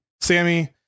Sammy